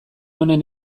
honen